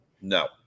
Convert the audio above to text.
no